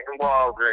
Walgreens